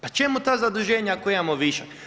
Pa čemu ta zaduženja ako imamo višak.